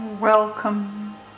Welcome